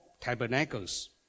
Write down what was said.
tabernacles